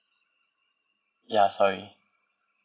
ya sorry